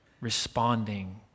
responding